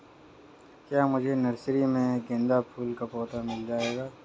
क्या मुझे नर्सरी में गेंदा फूल का पौधा मिल जायेगा?